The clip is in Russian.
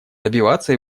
добиваться